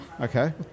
Okay